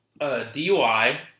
DUI